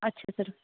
ਅੱਛਾ ਸਰ